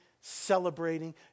celebrating